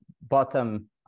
bottom